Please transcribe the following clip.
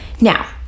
Now